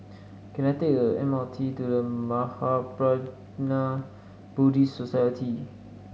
can I take the M R T to The Mahaprajna Buddhist Society